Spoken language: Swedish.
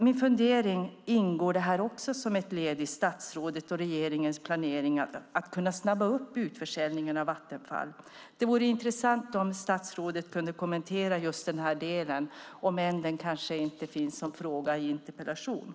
Min fundering är: Ingår också detta som ett led i statsrådets och regeringens planering att kunna snabba upp utförsäljningen av Vattenfall? Det vore intressant om statsrådet kunde kommentera denna del, om än den kanske inte finns som fråga i interpellationen.